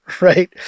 right